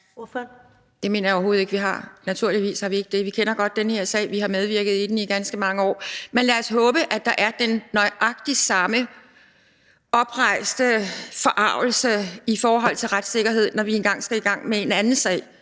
Det mener jeg overhovedet ikke vi har, naturligvis har vi ikke det. Vi kender godt den her sag. Vi har medvirket i den i ganske mange år. Men lad os håbe, at der er den nøjagtig samme oprejste forargelse i forhold til retssikkerhed, når vi engang skal i gang med en anden sag,